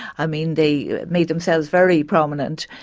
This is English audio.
i mean, they made themselves very prominent,